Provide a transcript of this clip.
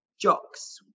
Jock's